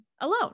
alone